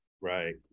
Right